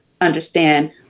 understand